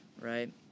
right